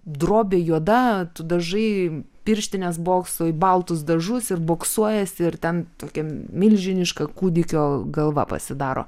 drobė juoda tu dažai pirštines boksui į baltus dažus ir boksuojasi ir ten tokia milžiniška kūdikio galva pasidaro